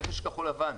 רכש כחול לבן,